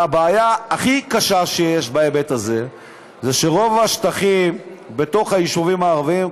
והבעיה הכי קשה שיש בהיבט הזה זה שרוב השטחים בתוך היישובים הערביים,